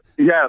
Yes